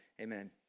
Amen